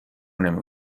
نمی